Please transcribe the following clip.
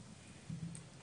את יכולה להעלות את אפרת?